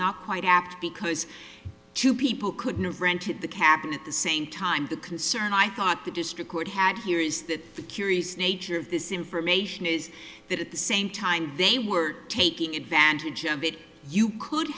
not quite apt because two people couldn't have rented the capital the same time the concern i thought the district court had here is that the curious nature of this information is that at the same time they were taking advantage of it you could